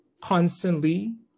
constantly